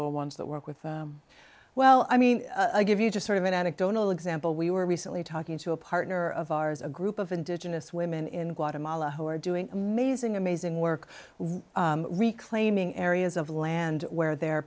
or ones that work with well i mean a give you just sort of an anecdotal example we were recently talking to a partner of ours a group of indigenous women in guatemala who are doing amazing amazing work reclaiming areas of land where their